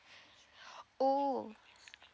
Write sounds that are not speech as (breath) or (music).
(breath) oh